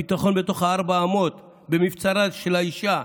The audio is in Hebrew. הביטחון בתוך ארבע האמות, במבצרה של האישה,